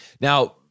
Now